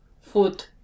food